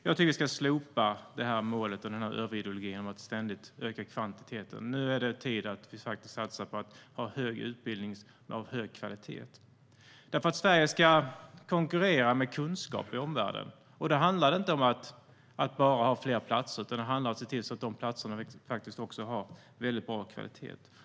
Jag tycker att vi ska slopa det här målet och överideologin om att ständigt öka kvantiteten. Nu är det tid att vi faktiskt satsar på en hög utbildning av hög kvalitet. Om Sverige ska konkurrera med kunskap i omvärlden handlar det inte om att bara ha fler platser, utan det handlar om att se till att de också har bra kvalitet.